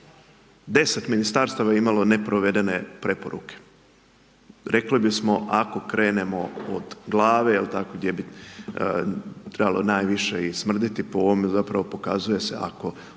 10 ministarstava je imalo neprovedene preporuke. Rekli bismo, ako krenemo od glave, je li, tako gdje bi trebalo najviše i smrditi, po ovome zapravo pokazuje se, ako